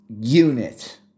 unit